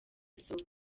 isoko